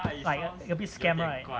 is like a bit scam right